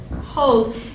hold